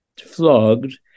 flogged